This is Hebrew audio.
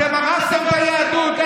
אתם הרסתם את היהדות.